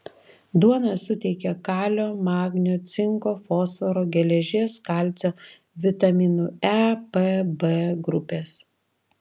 duona suteikia kalio magnio cinko fosforo geležies kalcio vitaminų e p b grupės